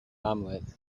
omelette